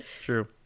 True